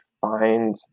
find